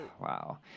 Wow